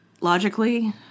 Logically